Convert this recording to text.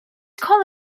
call